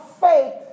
faith